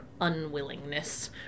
unwillingness